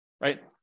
right